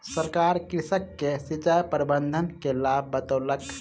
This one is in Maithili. सरकार कृषक के सिचाई प्रबंधन के लाभ बतौलक